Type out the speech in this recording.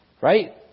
Right